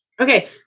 Okay